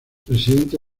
presidente